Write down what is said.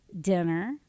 dinner